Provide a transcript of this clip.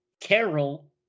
Carol